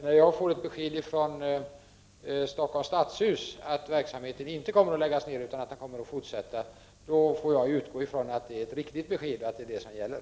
När jag får ett besked från Stockholms stadshus att verksamheten inte kommer att läggas ned utan kommer att fortsätta, utgår jag från att det är ett riktigt besked och att det är det som gäller.